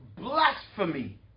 blasphemy